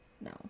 no